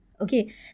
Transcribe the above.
Okay